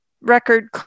record